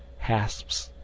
hasps,